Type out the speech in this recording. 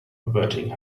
averting